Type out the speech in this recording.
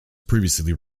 previously